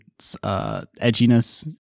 edginess